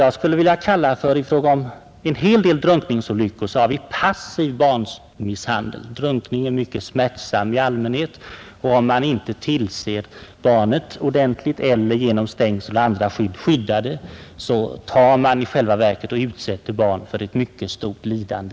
Jag skulle vilja kalla en hel del drunkningsolyckor för passiv barnmisshandel. Drunkning är i allmänhet mycket smärtsam. Om barnen inte tillses ordentligt eller skyddas genom stängsel eller på annat sätt, utsätts de — precis som vid misshandel — helt i onödan för ett mycket stort lidande.